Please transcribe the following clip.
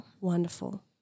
Wonderful